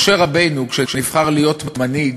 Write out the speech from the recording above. משה רבנו, כשנבחר להיות מנהיג,